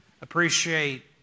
appreciate